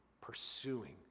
pursuing